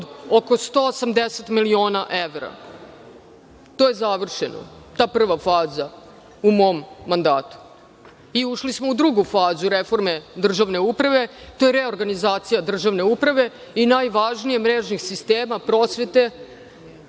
od oko 180 miliona evra. To je završeno, ta prva faza u mom mandatu. Ušli smo u drugu fazu reforme državne uprave, to je reorganizacija državne uprave i najvažnije – mrežnih sistema prosvete,